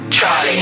Charlie